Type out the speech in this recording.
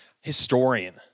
historian